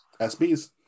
SBs